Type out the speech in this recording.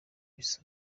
bisa